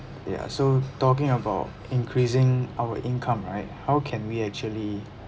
ya so talking about increasing our income right how can we actually